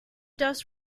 dust